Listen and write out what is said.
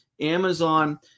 Amazon